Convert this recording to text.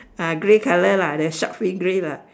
ah grey color lah the shark fin grey lah